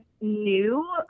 new